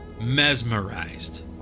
Mesmerized